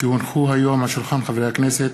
כי הונחו היום על שולחן הכנסת,